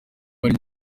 bari